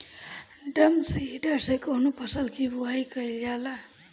Drum seeder से कवने फसल कि बुआई कयील जाला?